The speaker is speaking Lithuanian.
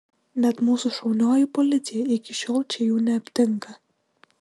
net mūsų šaunioji policija iki šiol čia jų neaptinka